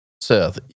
Seth